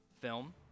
film